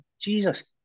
Jesus